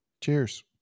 Cheers